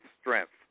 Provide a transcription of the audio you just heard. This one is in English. strength